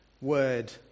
word